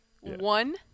One